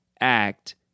act